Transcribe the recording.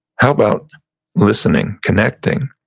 how about listening, connecting,